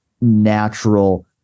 natural